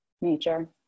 nature